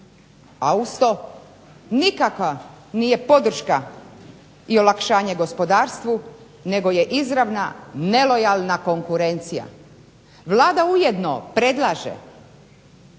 A uz to nikakva nije podrška i olakšanje gospodarstvu nego je izravna nelojalna konkurencija. Vlada ujedno predlaže